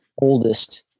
oldest